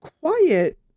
quiet